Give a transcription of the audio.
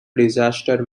disaster